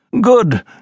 Good